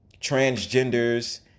transgenders